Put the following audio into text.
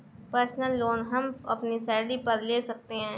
personal loan हम अपनी salary पर ले सकते है